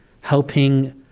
helping